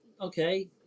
okay